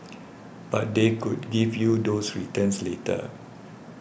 but they could give you those returns later